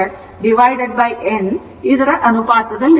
in2n ಅನುಪಾತದಲ್ಲಿರುತ್ತದೆ